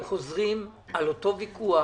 אנחנו חוזרים על אותו ויכוח.